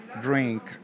drink